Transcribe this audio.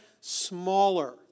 smaller